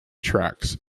tracks